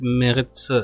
merits